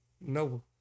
No